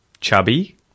Chubby